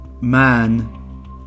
man